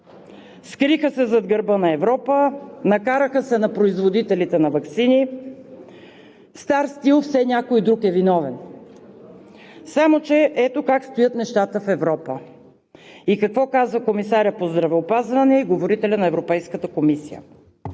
скриха се зад гърба на Европа, накараха се на производителите на ваксини. В стар стил – все някой друг е виновен. Само че ето как стоят нещата в Европа и какво казва комисарят по здравеопазването и говорителят на Европейската комисия.